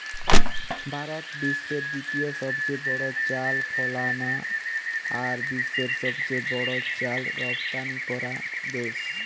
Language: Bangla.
ভারত বিশ্বের দ্বিতীয় সবচেয়ে বড় চাল ফলানা আর বিশ্বের সবচেয়ে বড় চাল রপ্তানিকরা দেশ